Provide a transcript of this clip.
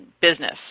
business